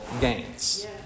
gains